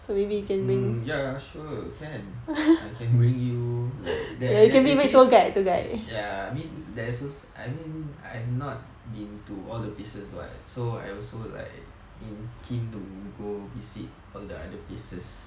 mm ya sure can I can bring you like there ya I mean there's I mean I've not been to all the places [what] so I also like in~ keen to go visit all the other places